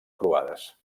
croades